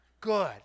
Good